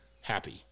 happy